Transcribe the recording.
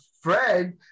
Fred